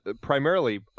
primarily